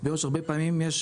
הרבה פעמים יש